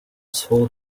saw